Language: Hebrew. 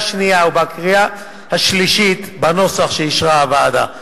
שנייה ובקריאה השלישית בנוסח שאישרה הוועדה.